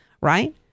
right